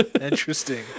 interesting